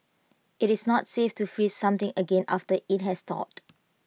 IT is not safe to freeze something again after IT has thawed